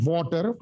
Water